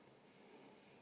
<S<